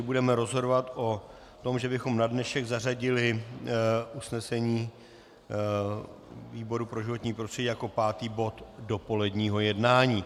Budeme tedy rozhodovat o tom, že bychom na dnešek zařadili usnesení výboru pro životní prostředí jako pátý bod dopoledního jednání.